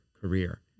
career